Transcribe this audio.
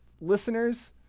listeners